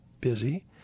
busy